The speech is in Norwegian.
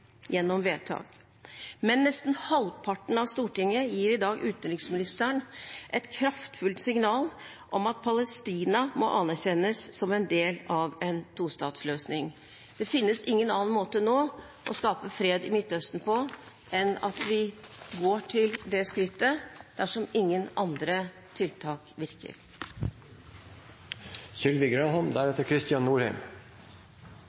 gjennom vedtak. Men nesten halvparten av Stortinget gir i dag utenriksministeren et kraftfullt signal om at Palestina må anerkjennes som en del av en tostatsløsning. Det finnes ingen annen måte nå å skape fred i Midtøsten på enn at vi går til det skrittet, dersom ingen andre tiltak virker.